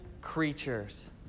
creatures